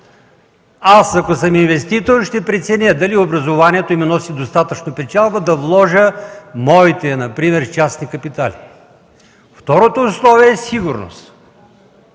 Ако аз съм инвеститор, ще преценя дали образованието ще ми носи достатъчно печалба, за да вложа своите частни капитали. Второто условие е сигурност